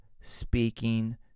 speaking